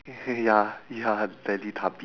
ya ya the teletubbies